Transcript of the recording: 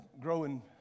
growing